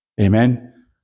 Amen